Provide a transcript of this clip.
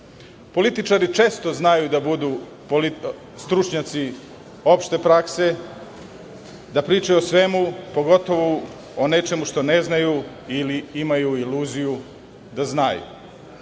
Političari često znaju da budu stručnjaci opšte prakse, da pričaju o svemu, pogotovo o nečemu što ne znaju, ili imaju iluziju da znaju. Zbog